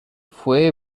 fue